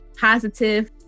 positive